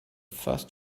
first